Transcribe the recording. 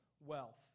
wealth